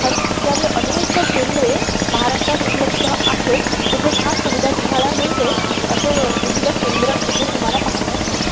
अस इत्यादी अनेक केंद्रे महाराष्ट्रात उपलब्ध आहेत तिथे खास सुविधा तुम्हाला मिळते असे विविध केंद्र इथे तुम्हाला पाहावयास मिळतात